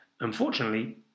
Unfortunately